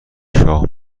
شاه